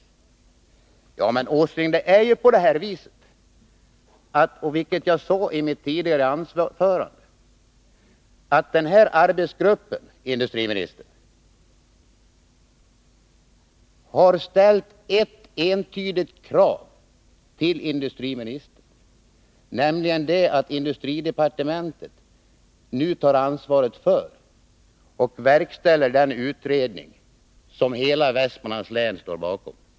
Men, Nils Åsling, arbetsgruppen har — vilket jag sade i mitt tidigare anförande — ställt ett entydigt krav på industriministern, nämligen att industridepartementet nu skall ta ansvaret för och verkställa den utredning som hela Västmanlands län begär.